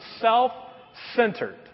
self-centered